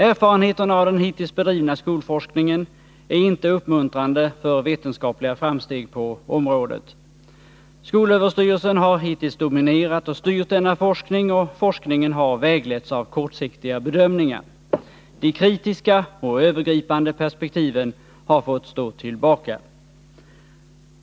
Erfarenheterna av den hittills bedrivna skolforskningen är inte uppmuntrande för vetenskapliga framsteg på området. Skolöverstyrelsen har hittills dominerat och styrt denna forskning, och forskningen har vägletts av kortsiktiga bedömningar. De kritiska och övergripande perspektiven har fått stå tillbaka.